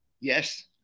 Yes